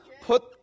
put